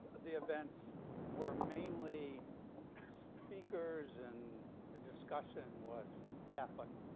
the events were mainly speakers and the discussion was catholic.